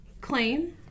claim